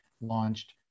launched